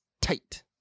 tight